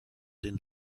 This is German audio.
den